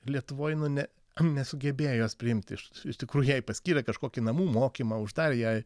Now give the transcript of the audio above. lietuvoj ne nesugebėjo jos priimti iš iš tikrųjų jai paskyrė kažkokį namų mokymą uždarė ją